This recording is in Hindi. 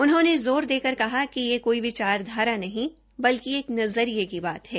उन्होंने जाेक्र देकर कहा कि ये कोई विचारधारा नहीं बल्कि एक नजिरये की बात है